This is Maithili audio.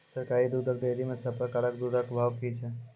सरकारी दुग्धक डेयरी मे सब प्रकारक दूधक भाव की छै?